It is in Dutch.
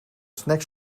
snacks